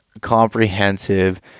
comprehensive